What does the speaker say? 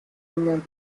immune